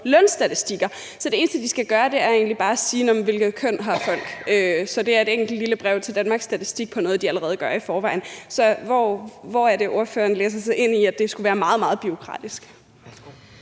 lønstatistikker, så det eneste, de skal gøre, er egentlig bare at sige, hvilket køn folk har. Så det er et enkelt lille brev til Danmarks Statistik om noget, de allerede gør i forvejen. Så hvor er det, ordføreren læser sig til, at det skulle være meget, meget bureaukratisk?